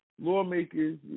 Lawmakers